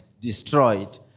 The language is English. destroyed